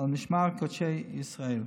על משמר קדושי ישראל.